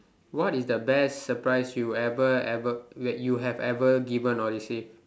what is the best surprise you ever ever you have ever given or received